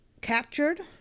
captured